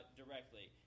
directly